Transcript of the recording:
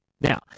Now